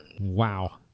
Wow